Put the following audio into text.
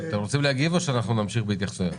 אתם רוצים להגיב או שנמשיך בהתייחסויות?